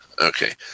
Okay